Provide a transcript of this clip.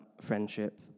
friendship